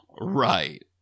Right